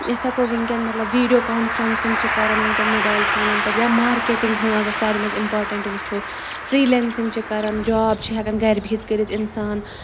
أسۍ ہٮ۪کو وٕنکیٚن مطلب ویٖڈیو کانفرؠنسِنٛگ کَرَان وٕنکٮ۪ن موبایل فونَن پٮٹھ یا مارکیٹِنٛگ ہُنٛد اگر ساروی منٛز اِمپاٹنٹ وٕچھو فرٛی لینسِنٛگ چھِ کَرَان جاب چھِ ہٮ۪کان گرِہِتھ کٔرِتھ اِنسان